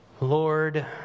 Lord